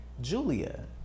Julia